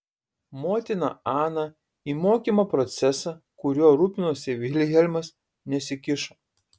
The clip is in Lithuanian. motina ana į mokymo procesą kuriuo rūpinosi vilhelmas nesikišo